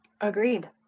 Agreed